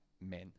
men